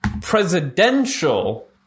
Presidential